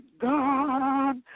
God